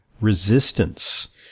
resistance